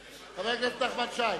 מסיר.